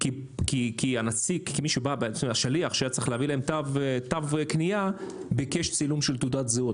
כי השליח שהיה צריך להביא להם תו קנייה ביקש צילום של תעודת זהות.